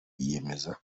yiyemeza